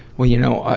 well you know,